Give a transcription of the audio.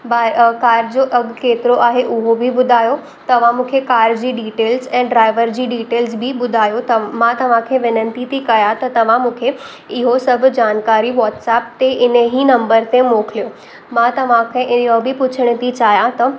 बाए car जो अघि केतिरो आहे उहो बि ॿुधायो तव्हां मूंखे कार जी डिटेल्स ऐं ड्राइवर जी डिटेल्स बि ॿुधायो त मां तव्हांखे वेनती थी कयां त तव्हां मूंखे इहो सभु जानकारी व्हाट्सअप ते इनेई नंबर ते मोकिलियो मां तव्हांखे इयो बि पुछण थी चाहियां त